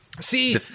See